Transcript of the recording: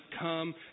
Come